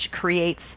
creates